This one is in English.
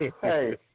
Hey